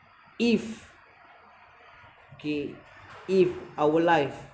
if okay if our life